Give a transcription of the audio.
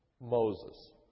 Moses